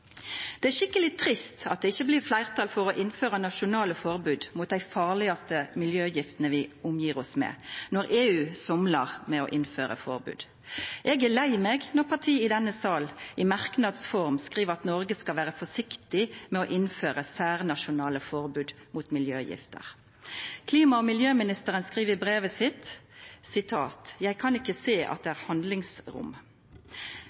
det gode arbeidet med Svanemerket. Det er skikkeleg trist at det ikkje blir fleirtal for å innføra nasjonale forbod mot dei farlegaste miljøgiftene vi omgjev oss med, når EU somlar med å innføra forbod. Eg er lei meg når parti i denne salen i merknads form skriv at «Norge skal være forsiktig med å innføre særnasjonale forbud mot miljøgifter». Klima- og miljøministeren skriv i brevet sitt: «Jeg kan ikke se at det